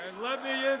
let me